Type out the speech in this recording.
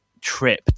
trip